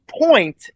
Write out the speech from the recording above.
point